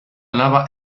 lava